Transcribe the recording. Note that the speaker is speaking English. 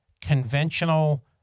conventional